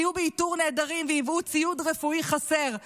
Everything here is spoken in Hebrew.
סייעו באיתור נעדרים וייבאו ציוד רפואי חסר.